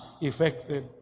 effective